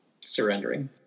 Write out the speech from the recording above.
surrendering